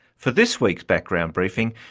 for this week's background briefing,